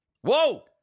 Whoa